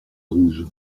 rouge